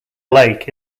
lake